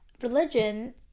Religion